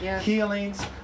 healings